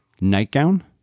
nightgown